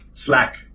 Slack